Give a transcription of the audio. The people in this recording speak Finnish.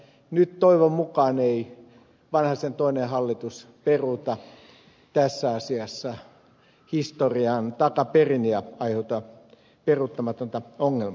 nyt toivon mukaan ei vanhasen toinen hallitus peruuta tässä asiassa historiaan takaperin ja aiheuta peruuttamatonta ongelmaa